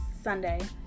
Sunday